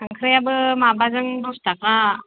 खांख्राइआबो माबाजों दस थाखा